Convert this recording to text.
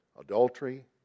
Adultery